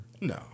No